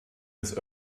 des